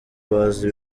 bazi